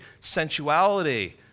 sensuality